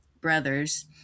brothers